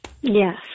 yes